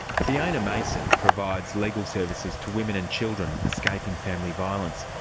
fiona mason provides legal services to women and children escaping family violence.